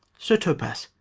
sir topas,